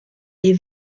les